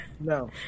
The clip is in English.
No